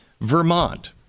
Vermont